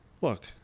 look